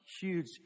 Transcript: huge